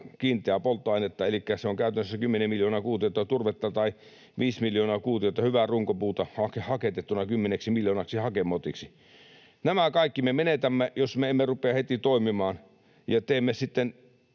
kiinteää polttoainetta — elikkä se on käytännössä kymmenen miljoonaa kuutiota turvetta tai viisi miljoonaa kuutiota hyvää runkopuuta haketettuna kymmeneksi miljoonaksi hakemotiksi. Nämä kaikki me menetämme, jos me emme rupea heti toimimaan, ja teemme sitten